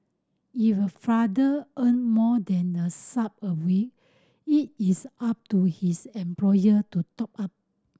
if a father earn more than the sum a week it is up to his employer to top up